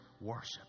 worship